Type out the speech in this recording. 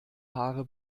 haare